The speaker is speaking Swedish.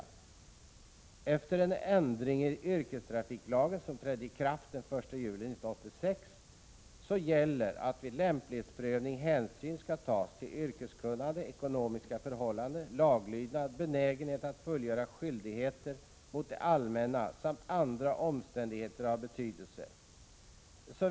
Efter en ändring i yrkestrafiklagen, som trädde i kraft den 1 juli 1986, gäller att vid lämplighetsprövningen hänsyn skall tas till yrkeskunnande, ekonomiska förhållanden, laglydnad och benägenhet att fullgöra skyldigheter mot det allmänna samt andra omständigheter av betydelse ———.